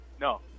No